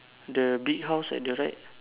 the big house at the right